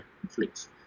conflicts